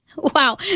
Wow